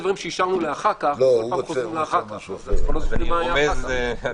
זאת לא הכוונה של הממשלה.